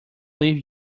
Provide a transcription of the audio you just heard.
leave